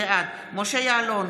בעד משה יעלון,